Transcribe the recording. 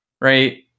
Right